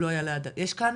יש כאן